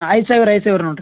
ಐದು ಸಾವಿರ ಐದು ಸಾವಿರ ನೋಡ್ರಿ